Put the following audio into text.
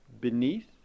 beneath